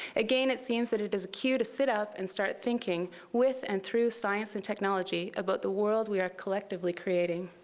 again, it seems that it is a cue to sit up and start thinking with and through science and technology about the world we are collectively creating.